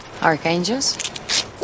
Archangels